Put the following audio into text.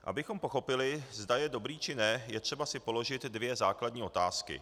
Abychom pochopili, zda je dobrý, či ne, je třeba si položit dvě základní otázky.